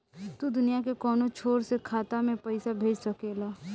तू दुनिया के कौनो छोर से खाता में पईसा भेज सकेल